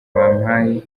bampaye